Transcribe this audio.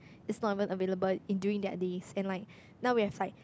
it's not even available in during their days and like now we have like